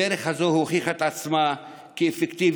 הדרך הזאת הוכיחה את עצמה כאפקטיבית.